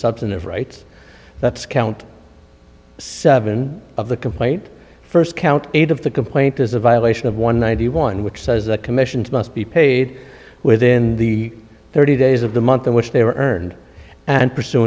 substantive rights that's count seven of the complaint first count eight of the complaint is a violation of one ninety one which says that commissions must be paid within the thirty days of the month in which they were earned and